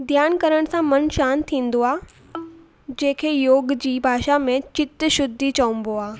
ध्यानु करण सां मन शांति थींदो आहे जंहिंखें योग जी भाषा में चित शुद्धि चइबो आहे